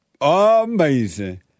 Amazing